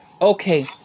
Okay